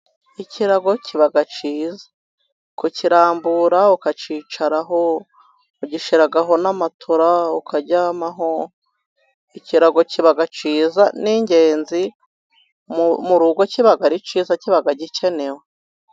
Ikirago kiba cyiza kukirambura ukakicaraho ugishyiraho na matora ukaryamaho, ikirago kiba cyiza ni ingenzi mu rugo kiba ari cyiza kiba gikenewe.